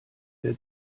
der